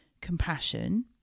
compassion